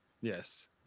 Yes